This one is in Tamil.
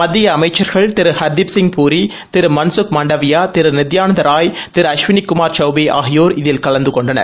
மத்திய அமைச்சர்கள் திரு ஹர்திப்சிய் பூரி திரு மன்சுக் மாண்டவியா திரு நித்தியானந்தராய் திரு அஸ்வினி குமார் சௌபே ஆகியோர் இதில் கலந்து கொண்டனர்